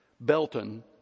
Belton